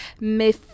mais